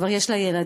כבר יש לה ילדים,